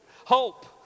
Hope